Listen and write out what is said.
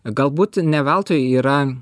galbūt ne veltui yra